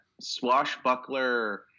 swashbuckler